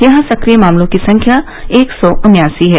यहां सक्रिय मामलों की संख्या एक सै उन्यासी है